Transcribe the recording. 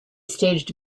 staged